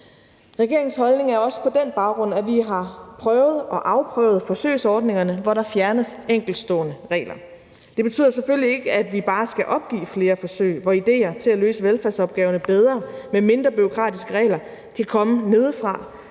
Regeringens holdning er også på den baggrund, at vi har prøvet og afprøvet forsøgsordningerne, hvor der fjernes enkeltstående regler. Det betyder selvfølgelig ikke, at vi bare skal opgive flere forsøg, hvor idéer til at løse velfærdsopgaverne bedre med mindre bureaukratiske regler kan komme nedefra,